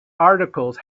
articles